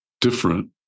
different